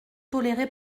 toléré